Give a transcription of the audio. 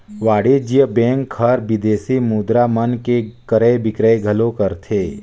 वाणिज्य बेंक हर विदेसी मुद्रा मन के क्रय बिक्रय घलो करथे